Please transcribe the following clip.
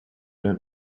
dein